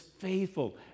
faithful